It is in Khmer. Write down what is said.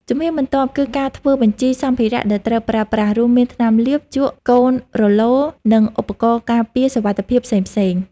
ជំហានបន្ទាប់ គឺការធ្វើបញ្ជីសម្ភារៈដែលត្រូវប្រើប្រាស់ រួមមានថ្នាំលាប ជក់ កូនរ៉ូឡូ និងឧបករណ៍ការពារសុវត្ថិភាពផ្សេងៗ។